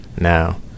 now